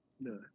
no